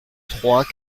trois